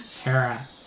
Tara